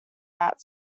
that